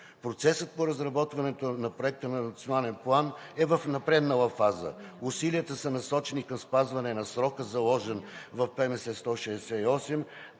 Процесът по разработването на Проекта на Национален план е в напреднала фаза. Усилията са насочени към спазване на срока, заложен в ПМС № 168,